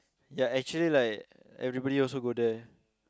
ya actually like everybody also go there